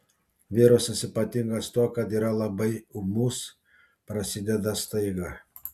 virusas ypatingas tuo kad yra labai ūmus prasideda staiga